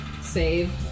save